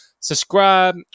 Subscribe